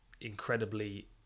incredibly